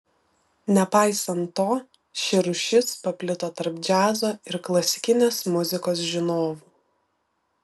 nepaisant to ši rūšis paplito tarp džiazo ir klasikinės muzikos žinovų